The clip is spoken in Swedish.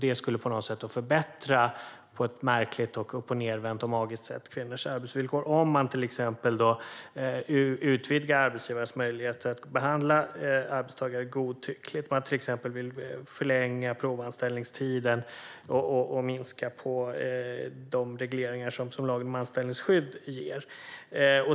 Det skulle alltså på något märkligt, uppochnedvänt och magiskt sätt förbättra kvinnors arbetsvillkor om man till exempel utvidgade arbetsgivares möjligheter att behandla arbetstagare godtyckligt. Till exempel vill man förlänga provanställningstiden och minska de regleringar som lagen om anställningsskydd ger.